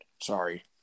Sorry